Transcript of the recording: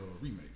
remake